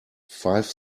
five